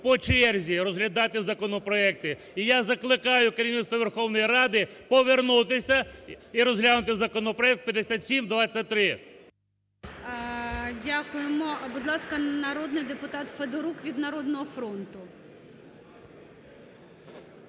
по черзі, і розглядати законопроекти. І я закликаю керівництво Верховної Ради повернутися і розглянути законопроект 5723. ГОЛОВУЮЧИЙ. Дякуємо. Будь ласка, народний депутат Федорук від "Народного фронту".